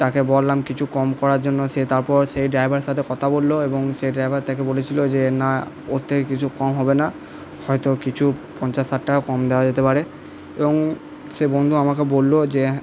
তাকে বললাম কিছু কম করার জন্য সে তারপর সেই ড্রাইভারের সাথে কথা বললো এবং সে ড্রাইভার তাকে বলেছিলো যে না ওর থেকে কিছু কম হবে না হয়তো কিছু পঞ্চাশ ষাট টাকা কম দেওয়া যেতে পারে এবং সেই বন্ধু আমাকে বললো যে